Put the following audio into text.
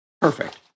perfect